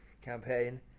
campaign